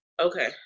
Okay